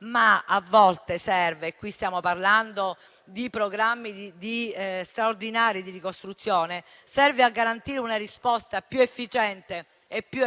ma a volte serve. Qui stiamo parlando di programmi straordinari di ricostruzione. Serve a garantire una risposta più efficiente e più